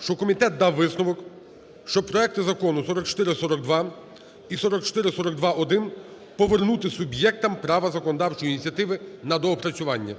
що комітет дав висновок, що проекти Закону 4442 і 4442-1 повернути суб'єктам права законодавчої ініціативи на доопрацювання.